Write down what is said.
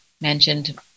mentioned